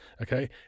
okay